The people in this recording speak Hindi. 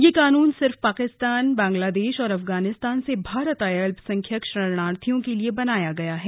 यह कानून सिर्फ पाकिस्तान बांग्लादेश और अफगानिस्तान से भारत आए अल्पसंख्यक लोगों के लिए बनाया गया है